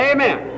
Amen